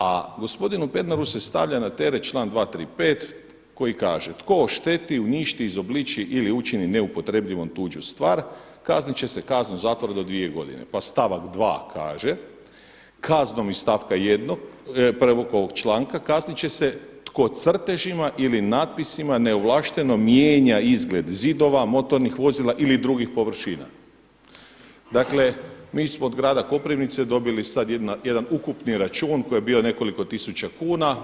A gospodinu Pernaru se stavlja na teret član 235. koji kaže: „Tko ošteti, uništi, izobliči ili učini neupotrebljivom tuđu stvar kaznit će se kaznom zatvora do dvije godine.“ Pa stavak dva kaže: „Kaznom iz stavka 1. ovog članka kaznit će se tko crtežima ili natpisima neovlašteno mijenja izgled zidova, motornih vozila ili drugih površina.“ Dakle, mi smo od grada Koprivnice dobili sad jedan ukupni račun koji je bio nekoliko tisuća kuna.